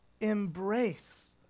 embrace